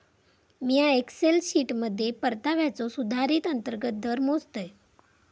मिया एक्सेल शीटमध्ये परताव्याचो सुधारित अंतर्गत दर मोजतय